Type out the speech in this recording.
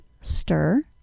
stir